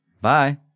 Bye